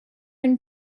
une